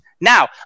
Now